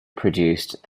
produced